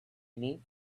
need